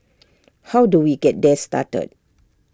how do we get that started